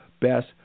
best